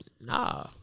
nah